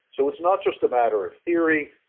so, it's not just a matter of theory,